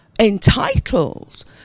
entitled